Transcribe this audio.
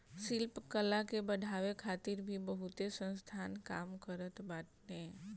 शिल्प कला के बढ़ावे खातिर भी बहुते संस्थान काम करत बाने